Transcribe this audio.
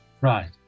right